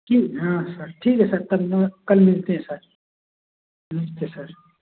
हाँ सर ठीक है सर कल मैं कल मिलते हैं सर नमस्ते सर